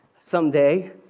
someday